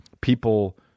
people